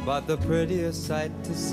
mada ir jasaitis